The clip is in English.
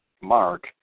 Mark